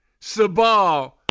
Sabal